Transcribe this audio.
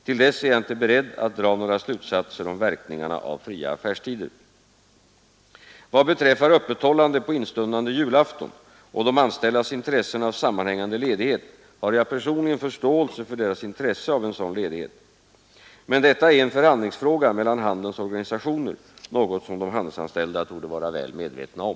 Till dess är jag inte beredd att dra några slutsatser om verkningarna av fria affärstider. Vad beträffar öppethållande på instundande julafton och de anställdas intressen av sammanhängande ledighet har jag personligen förståelse för deras intresse av en sådan ledighet. Men detta är en förhandlingsfråga mellan handelns organisationer, något som de handelsanställda torde vara väl medvetna om.